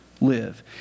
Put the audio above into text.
live